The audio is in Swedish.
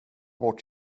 bort